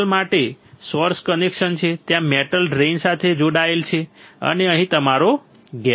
metal માટે source connection છે ત્યાં મેટલ ડ્રેઇન સાથે જોડાયેલ છે અને અહીં તમારો ગેટ છે